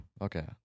Okay